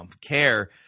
care